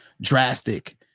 drastic